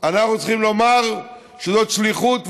אנחנו צריכים לומר שזאת שליחות,